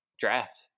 draft